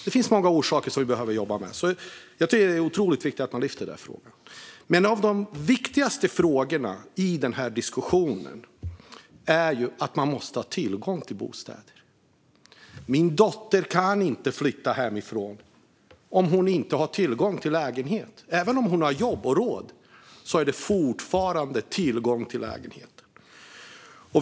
Det finns många orsaker som vi behöver jobba med, så jag tycker att det är otroligt viktigt att vi tar upp dessa frågor. Men en av de viktigaste frågorna i den här diskussionen är ju att man måste ha tillgång till bostäder. Min dotter kan inte flytta hemifrån om hon inte har tillgång till en lägenhet - även om hon har jobb och råd handlar det om att ha tillgång till en lägenhet.